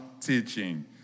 teaching